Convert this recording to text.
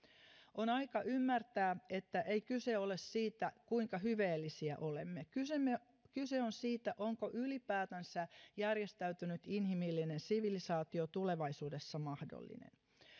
on aika ymmärtää että ei kyse ole siitä kuinka hyveellisiä olemme kyse on siitä onko ylipäätänsä järjestäytynyt inhimillinen sivilisaatio tulevaisuudessa mahdollinen